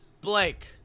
Blake